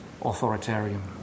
authoritarian